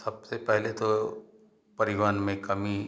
सबसे पहले तो परिवहन में कमी